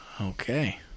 Okay